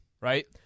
right